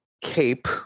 Cape